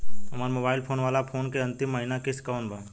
हमार mobile phone वाला loan के अंतिम महिना किश्त कौन बा?